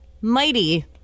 mighty